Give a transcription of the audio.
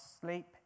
sleep